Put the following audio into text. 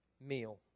meal